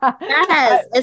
Yes